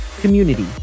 Community